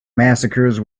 massacres